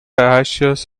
ashes